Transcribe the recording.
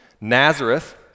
Nazareth